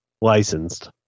licensed